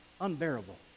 unbearable